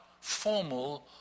formal